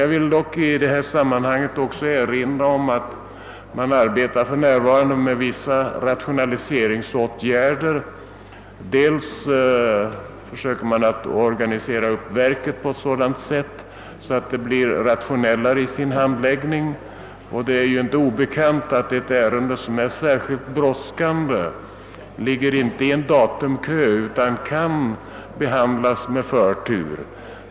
Jag vill i detta sammanhang också erinra om att man för närvarande arbetar med att genomföra vissa Yratio naliseringsåtgärder. Man försöker bl.a. att organisera upp verket så att handiäggningen av patentärenden kan bli mer rationell. Ett ärende som är särskilt brådskande behöver som bekant inte ligga i en »datumkö», utan kan behandlas med förtur.